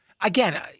again